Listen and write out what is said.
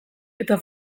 eta